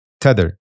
Tether